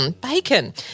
Bacon